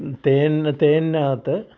തേൻന് തേൻനകത്ത്